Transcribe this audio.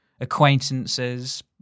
acquaintances